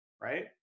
right